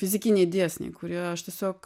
fizikiniai dėsniai kurie aš tiesiog